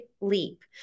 leap